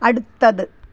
അടുത്തത്